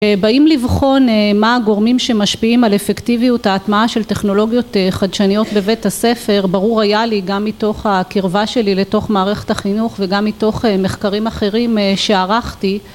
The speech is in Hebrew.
באים לבחון מה הגורמים שמשפיעים על אפקטיביות ההטמעה של טכנולוגיות חדשניות בבית הספר ברור היה לי גם מתוך הקרבה שלי לתוך מערכת החינוך וגם מתוך מחקרים אחרים שערכתי